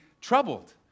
troubled